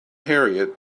harriett